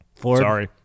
Sorry